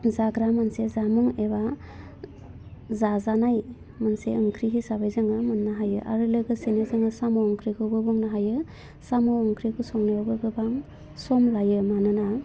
जाग्रा मोनसे जामुं एबा जाजानाय मोनसे ओंख्रि हिसाबै जोङो मोन्नो हायो आरो लोगोसेनो जोङो साम' ओंख्रिखौबो मोन्नो हायो साम' ओंख्रिखौ संनायावबो गोबां सम लायो मानोना